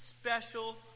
special